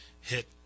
hit